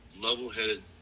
level-headed